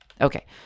Okay